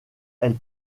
elle